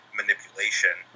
manipulation